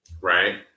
right